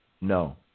No